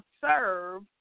serve